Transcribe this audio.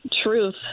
truth